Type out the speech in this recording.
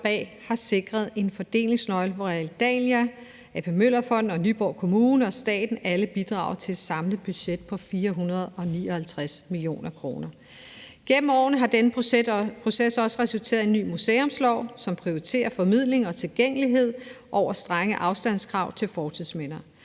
folk bag har sikret en fordelingsnøgle, hvor Realdania, A.P. Møller Fonden, Nyborg Kommune og staten alle bidrager til et samlet budget på 459 mio. kr. Gennem årene har denne proces også resulteret i en ny museumslov, som prioriterer formidling og tilgængelighed over strenge afstandskrav til fortidsminder.